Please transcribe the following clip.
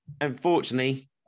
unfortunately